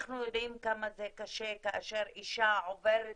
אנחנו יודעים כמה זה קשה כאשר אישה עוברת